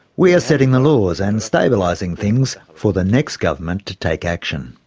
we are setting the laws and stabilising things for the next government to take action.